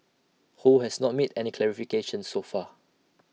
ho has not made any clarifications so far